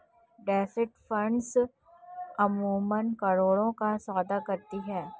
trust funds अमूमन करोड़ों का सौदा करती हैं